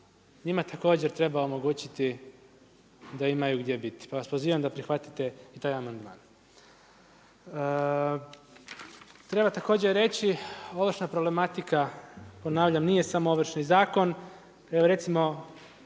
njima također treba omogućiti da imaju gdje biti. Pa vas pozivam da prihvatite i taj amandman. Treba također reći, ovršna problematika, ponavljam nije sa Ovršni zakon, evo